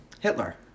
Hitler